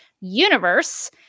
universe